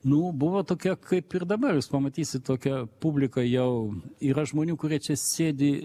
nu buvo tokia kaip ir dabar jūs pamatysit tokia publika jau yra žmonių kurie čia sėdi